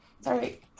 sorry